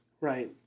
Right